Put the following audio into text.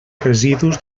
residus